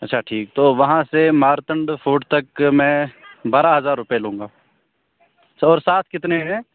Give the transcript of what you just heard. اچھا ٹھیک تو وہاں سے مارٹن فورٹ تک میں بارہ ہزار روپے لوں گا کتنے ہیں